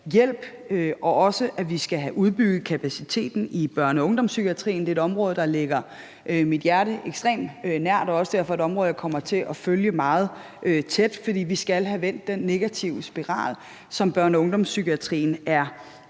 hjælp, og vi skal også have udbygget kapaciteten i børne- og ungdomspsykiatrien. Det er et område, der står mit hjerte ekstremt nær, og derfor også et område, jeg kommer til at følge meget tæt, for vi skal have vendt den negative spiral, som børne- og ungdomspsykiatrien er